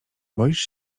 boisz